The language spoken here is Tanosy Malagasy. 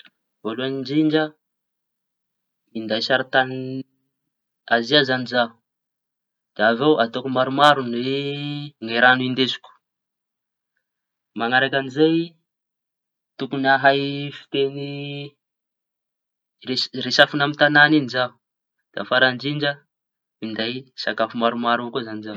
Voalohañy indrindra minday sarin-tañy Azia zañy zaho. Da aveo ataoko maro ny raño indesiko, mañarakan'izay tokoñy hahay fiteñy hi- hiresafy amy tañana iñy zañy zaho. Da farañy indrindra minday sakafo maromaro avao koa zañy zaho.